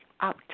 out